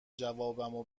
جوابمو